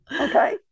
Okay